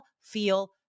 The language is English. feel